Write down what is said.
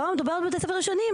מדובר בבתי ספר ישנים.